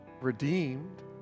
redeemed